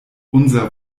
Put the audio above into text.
unser